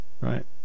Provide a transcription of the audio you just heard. Right